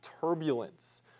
turbulence